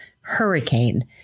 hurricane